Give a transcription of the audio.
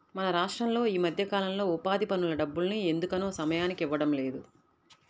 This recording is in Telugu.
మన రాష్టంలో ఈ మధ్యకాలంలో ఉపాధి పనుల డబ్బుల్ని ఎందుకనో సమయానికి ఇవ్వడం లేదు